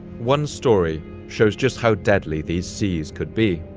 one story shows just how deadly these seas could be.